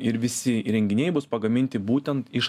ir visi įrenginiai bus pagaminti būtent iš